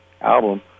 album